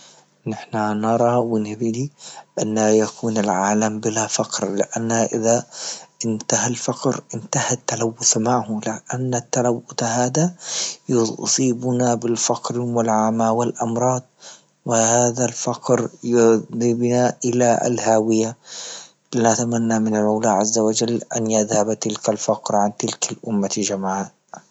نحنا نرى ونبي أن لا يكون العالم بلا فقر لأن إذا إنتهى الفقر إنتهى التلوث معه، لأن تلوث هذا يصيبنا بالفقر والعمى والامراض وهذا الفقر إلى الهاوية، نتمنى من المولى عز وجل ان يذهب تلك الفقر عن تلك الأمة جمعاء.